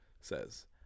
says